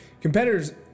Competitors